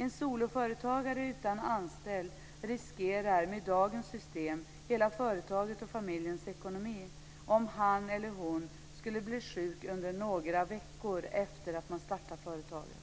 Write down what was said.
En soloföretagare utan anställd riskerar med dagens system hela företaget och familjens ekonomi om han eller hon skulle bli sjuk under några veckor efter att man startat företaget.